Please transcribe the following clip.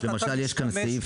למשל יש פה סעיף